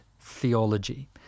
theology